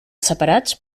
separats